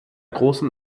großen